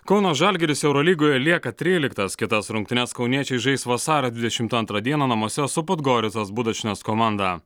kauno žalgiris eurolygoje lieka tryliktas kitas rungtynes kauniečiai žais vasario dvidešimt antrą dieną namuose su podgoricos budočnes komanda